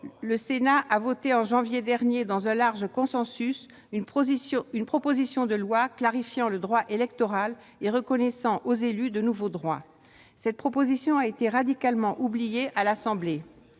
Le Sénat a adopté en janvier dernier, dans un large consensus, une proposition de loi visant à clarifier le droit électoral, reconnaissant aux élus de nouveaux droits. Cette proposition a été radicalement oubliée à l'Assemblée